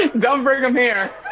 ah don't bring him here!